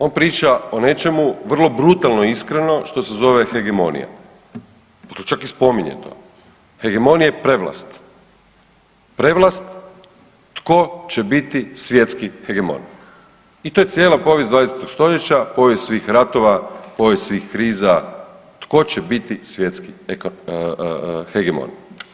On priča o nečemu vrlo brutalno iskreno što se zove hegemonija, … čak i spominje to, hegemonije prevlast, prevlast tko će biti svjetski hegemon i to je cijela povijest 20. stoljeća, povijest svih ratova, povijest svih kriza tko će biti svjetski hegemon.